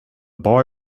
boy